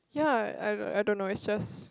ya I I don't know it just